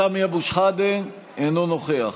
סמי אבו שחאדה, אינו נוכח